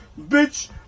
bitch